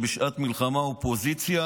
שבשעת מלחמה אופוזיציה